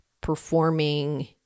performing